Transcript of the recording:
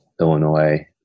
Illinois